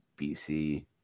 BC